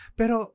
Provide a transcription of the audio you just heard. pero